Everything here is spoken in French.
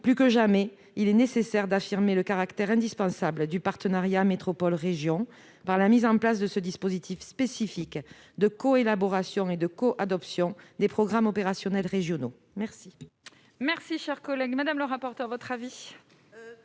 Plus que jamais, il faut affirmer le caractère indispensable du partenariat entre métropoles et régions dans la mise en place de ce dispositif spécifique de coélaboration et de coadoption des programmes opérationnels régionaux. Quel